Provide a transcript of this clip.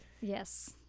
yes